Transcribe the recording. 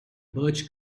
birch